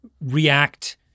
react